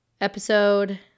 episode